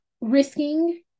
risking